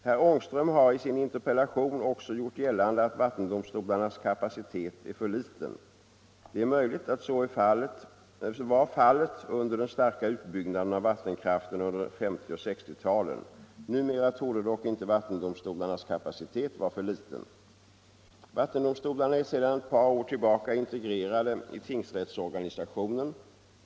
Herr Ångström har i sin interpellation också gjort gällande att vattendomstolarnas kapacitet är för liten. Det är möjligt att så var fallet under den starka utbyggnaden av vattenkraften under 1950 och 1960 talen. Numera torde dock inte vattendomstolarnas kapacitet vara för liten. Vattendomstolarna är sedan ett par år tillbaka integrerade i tingsrättsorganisationen.